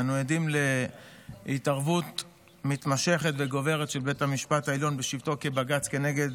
אנו עדים להתערבות מתמשכת וגוברת של בית המשפט העליון בשבתו כבג"ץ כנגד